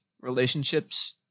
relationships